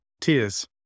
tears